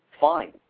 fine